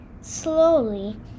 slowly